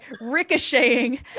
ricocheting